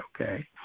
okay